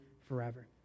forever